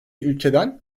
ülkeden